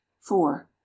four